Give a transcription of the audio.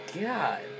God